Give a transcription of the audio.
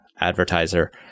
advertiser